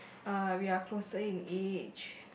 uh we are closer in age